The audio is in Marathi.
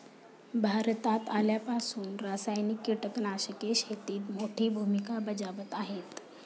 भारतात आल्यापासून रासायनिक कीटकनाशके शेतीत मोठी भूमिका बजावत आहेत